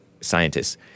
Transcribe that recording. scientists